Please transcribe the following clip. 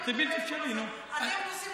חמאס הוא ארגון טרור.